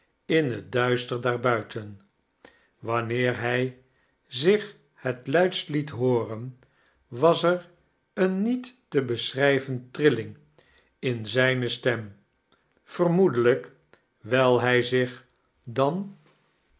in het duister daarbuiten wanneer hij zich het luidst liet hooren was er eene niet te besehrijven trilling in zijne stem vermoedeldjk wijl hij zich dan